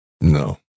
No